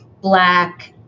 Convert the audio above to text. Black